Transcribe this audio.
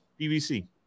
PVC